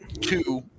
Two